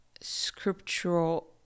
scriptural